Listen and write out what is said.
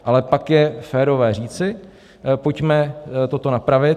Ale pak je férové říci: pojďme toto napravit.